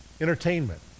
entertainment